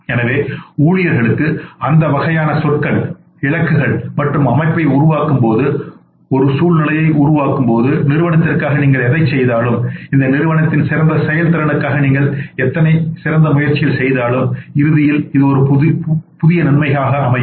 எனவே ஊழியர்களுக்கு அந்த வகையான சொற்கள் இலக்குகள் மற்றும் அமைப்பை உருவாக்கும் போது ஒரு சூழ்நிலையை உருவாக்கும்போது நிறுவனத்திற்காக நீங்கள் எதைச் செய்தாலும் இந்த நிறுவனத்தின் சிறந்த செயல்திறனுக்காக நீங்கள்எத்தனைசிறந்த முயற்சிகள் செய்தாலும் இறுதியில் இது ஒரு புதிய நன்மைகளாக அமையும்